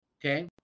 okay